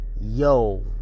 yo